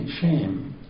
shame